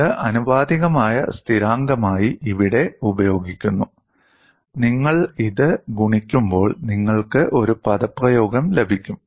ഇത് ആനുപാതികമായ സ്ഥിരാങ്കമായി ഇവിടെ ഉപയോഗിക്കുന്നു നിങ്ങൾ ഇത് ഗുണിക്കുമ്പോൾ നിങ്ങൾക്ക് ഒരു പദപ്രയോഗം ലഭിക്കും